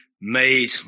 made